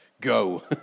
Go